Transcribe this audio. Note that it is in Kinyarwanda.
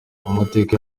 amateka